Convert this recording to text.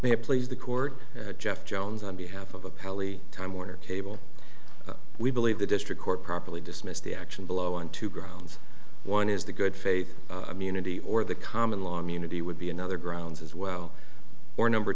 may please the court jeff jones on behalf of the pelly time warner cable we believe the district court properly dismissed the action below on two grounds one is the good faith community or the common law immunity would be another grounds as well or number